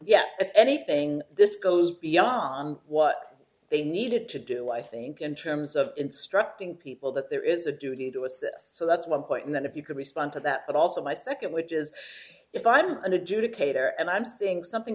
if anything this goes beyond what they needed to do i think in terms of instructing people that there is a duty to assist so that's one point in that if you can respond to that but also my second which is if i'm an adjudicator and i'm seeing something